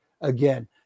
again